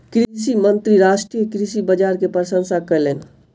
कृषि मंत्री राष्ट्रीय कृषि बाजार के प्रशंसा कयलैन